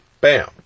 bam